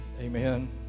Amen